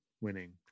winning